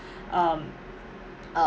um uh